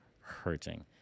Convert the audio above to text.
hurting